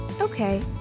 Okay